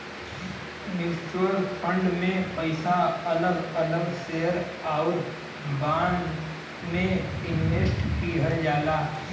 mutual fund में पइसा अलग अलग शेयर आउर बांड में इनवेस्ट किहल जाला